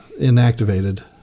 inactivated